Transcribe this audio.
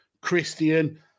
Christian